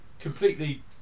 completely